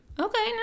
Okay